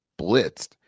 blitzed